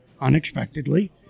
unexpectedly